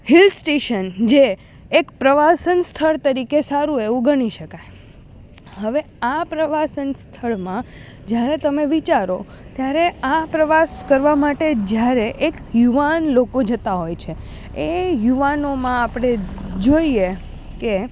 hill station જે એક પ્રવાસન સ્થળ તરીકે સારું એવું ગણી શકાય હવે આ પ્રવાસન સ્થળમાં જ્યારે તમે વિચારો ત્યારે આ પ્રવાસ કરવા માટે જ્યારે એક યુવાન લોકો જતા હોય છે એ યુવાનોમાં આપણે જોઈએ કે